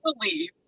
believe